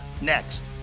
next